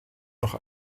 noch